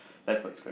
left was correct